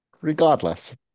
Regardless